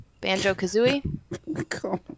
Banjo-Kazooie